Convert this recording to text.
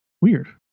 weird